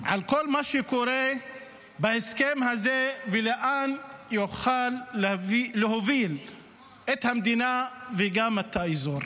על כל מה שקורה בהסכם הזה ולאן יוכל להוביל את המדינה וגם את האזור.